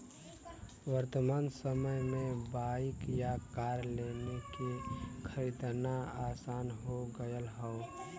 वर्तमान समय में बाइक या कार लोन लेके खरीदना आसान हो गयल हौ